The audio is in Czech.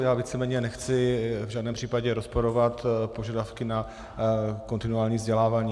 Já víceméně nechci v žádném případě rozporovat požadavky na kontinuální vzdělávání.